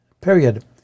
Period